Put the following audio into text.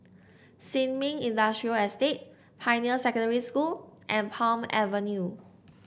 Sin Ming Industrial Estate Pioneer Secondary School and Palm Avenue